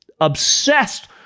obsessed